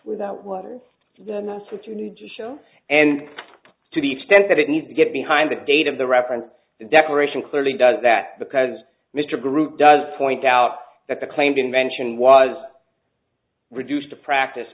without water and then that's what you need to show and to the extent that it needs to get behind the date of the reference the declaration clearly does that because mr group does point out that the claimed invention was reduced to practice